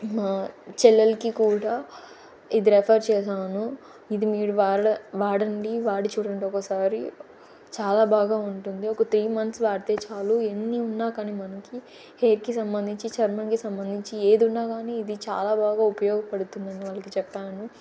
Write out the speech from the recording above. మా చెల్లెలకి కూడా ఇది రెఫర్ చేసాను ఇది మీరు వాడండి వాడి చూడండి ఒక్కోసారి చాలా బాగా ఉంటుంది ఒక త్రీ మంత్స్ వాడితే చాలు ఎన్ని ఉన్నా కానీ మనకి హెయిర్కి సంబంధించి చర్మంకి సంబంధించి ఏది ఉన్నా గానీ ఇది చాలా బాగా ఉపయోగపడుతుందని వాళ్ళకి చెప్పాను